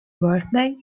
birthday